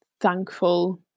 thankful